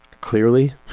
Clearly